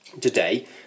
Today